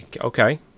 Okay